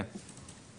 כן.